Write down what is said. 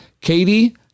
katie